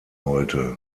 wollte